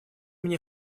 мне